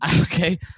okay